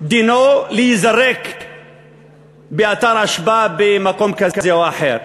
דינו להיזרק באתר אשפה במקום כזה או אחר.